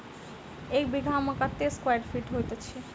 एक बीघा मे कत्ते स्क्वायर फीट होइत अछि?